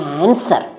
answer